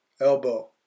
elbow